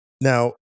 Now